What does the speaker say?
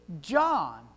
John